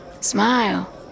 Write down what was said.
smile